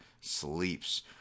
sleeps